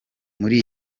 muri